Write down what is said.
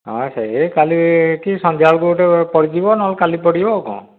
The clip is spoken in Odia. ହଁ ସେଇ କାଲିକି ସନ୍ଧ୍ୟାବେଳକୁ ଗୋଟିଏ ପଡ଼ିଯିବ ନ ହେଲେ କାଲିକି ପଡ଼ିବ ଆଉ କ'ଣ